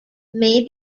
may